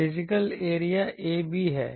physical area ab है